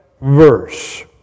verse